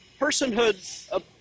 personhood